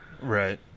Right